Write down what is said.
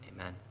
amen